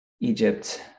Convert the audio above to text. Egypt